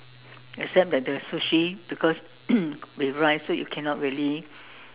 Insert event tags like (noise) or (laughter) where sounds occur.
except that the sushi because (coughs) with rice so you cannot really